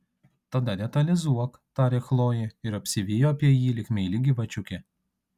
tada detalizuok tarė chlojė ir apsivijo apie jį lyg meili gyvačiukė